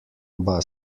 oba